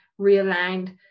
realigned